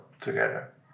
together